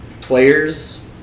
players